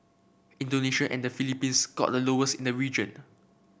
Indonesia and the Philippines scored the lowest in the region